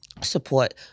support